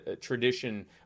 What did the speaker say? tradition